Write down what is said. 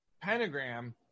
Pentagram